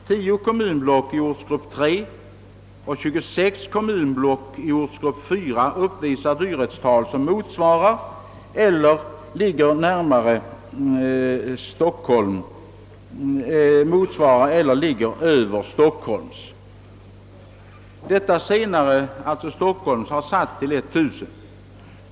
Tio kommunblock i ortsgrupp 3 och 26 i ortsgrupp 4 uppvisar dyrhetstal som motsvarar eller ligger över Stockholms, vars dyrhetstal har satts till 1000.